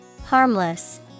Harmless